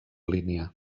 línia